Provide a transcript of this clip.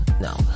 no